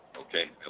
Okay